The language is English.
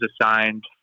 assigned